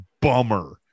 bummer